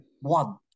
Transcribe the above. one